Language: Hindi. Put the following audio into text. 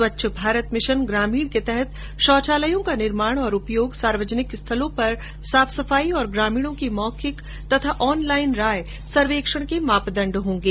स्वच्छ भारत मिशन ग्रामीण के तहत शौचालयों का निर्माण और उपयोग सार्वजनिक स्थलों पर साफ सफाई और ग्रामीणों की मौखिक तथा ऑनलाईन राय सर्वेक्षण के मापदण्ड होगें